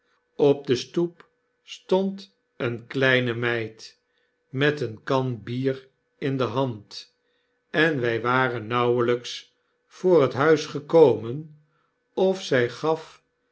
op de stoep stond eene kleine meid met eene kan bier in de hand en wy waren nauwelps voor het huis gekomen of zjj gaf